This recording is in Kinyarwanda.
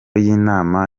y’inama